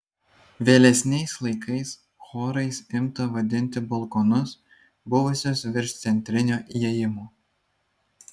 vėlesniais laikais chorais imta vadinti balkonus buvusius virš centrinio įėjimo